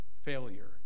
failure